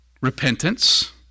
Repentance